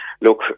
look